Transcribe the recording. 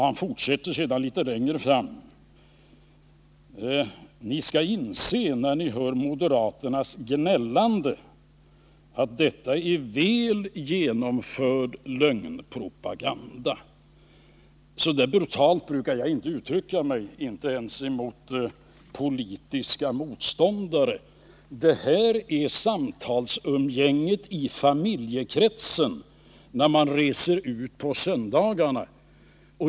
Han skall ha sagt: Ni skall inse när ni hör moderaternas gnällande att detta är väl genomförd lögnpropaganda. Så brutalt brukar jag inte uttrycka mig — inte ens mot politiska motståndare. Och det här är samtalstonen i familjekretsen i den borgerliga regeringen när man reser ut på söndagarna!